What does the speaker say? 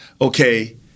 Okay